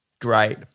Great